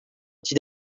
ket